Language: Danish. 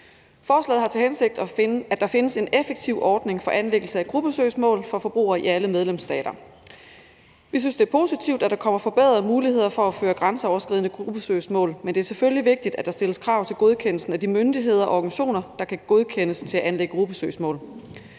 Forslaget har til hensigt, at der findes en effektiv ordning for anlæggelse af gruppesøgsmål for forbrugere i alle medlemsstater. Vi synes, det er positivt, at der kommer forbedrede muligheder for at føre grænseoverskridende gruppesøgsmål, men det er selvfølgelig vigtigt, at der stilles krav til godkendelsen af de myndigheder og organisationer, der kan godkendes til at anlægge gruppesøgsmål.